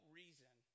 reason